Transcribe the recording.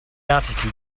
article